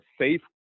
safe